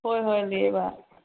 ꯍꯣꯏ ꯍꯣꯏ ꯂꯩꯌꯦꯕ